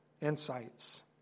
insights